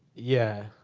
yeah.